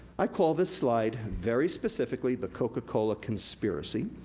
i call this slide, very specifically, the coca cola conspiracy.